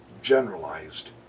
generalized